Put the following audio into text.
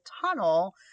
tunnel